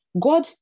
God